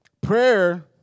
Prayer